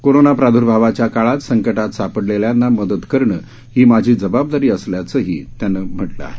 कोरोनाप्रादुर्भावाच्या काळात संकटात सापडलेल्यांना मदत करणं ही माझी जबाबदारी असल्याचंही त्याने म्हटलं आहे